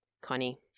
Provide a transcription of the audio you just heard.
Connie